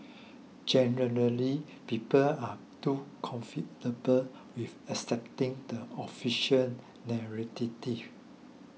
generally people are too comfortable with accepting the official